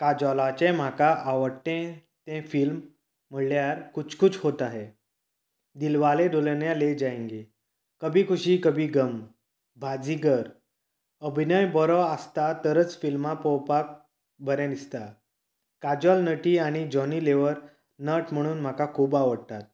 काजोलाचे म्हाका आवडटे तें फिल्म म्हळ्यार कुछ कुछ होता हैं दिलवाले दुल्हनिया ले जायेंगे कभी खुशी कभी गम बाजीगर अभिनय बरो आसता तरच फिल्मां पळोवपाक बरें दिसता काजोल नटी आनी जॉनी लिवर नट म्हणून म्हाका खूब आवडटात